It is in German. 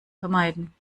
vermeiden